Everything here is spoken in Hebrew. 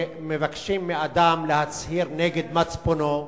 הכוונה שמבקשים מאדם להצהיר נגד מצפונו.